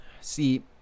See